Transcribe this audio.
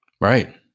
Right